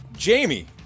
Jamie